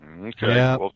Okay